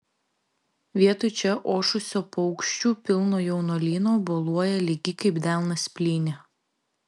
vietoj čia ošusio paukščių pilno jaunuolyno boluoja lygi kaip delnas plynė